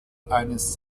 eines